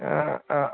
ആ ആ